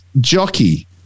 jockey